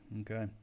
Okay